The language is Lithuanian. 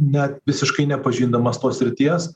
net visiškai nepažindamas tos srities